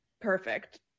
perfect